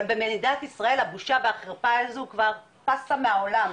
אבל במדינת ישראל הבושה והחרפה הזו כבר פסה מהעולם,